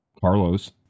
Carlos